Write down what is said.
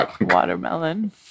watermelon